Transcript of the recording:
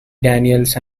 daniels